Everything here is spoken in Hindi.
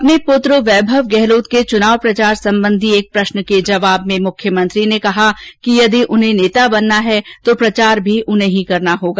अपने पुत्र वैभव गहलोत के चुनाव प्रचार संबंधी एक प्रष्न के जवाब में मुख्यमंत्री ने कहा कि यदि उन्हें नेता बनना है तो प्रचार भी उन्हें ही करना होगा